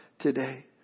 today